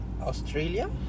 Australia